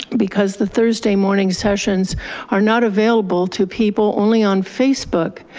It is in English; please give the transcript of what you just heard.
because the thursday morning sessions are not available to people only on facebook.